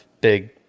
big